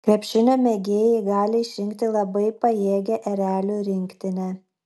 krepšinio mėgėjai gali išrinkti labai pajėgią erelių rinktinę